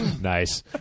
nice